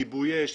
כיבוי אש,